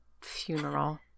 funeral